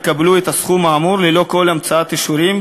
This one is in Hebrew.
הם יקבלו את הסכום האמור ללא כל המצאת אישורים,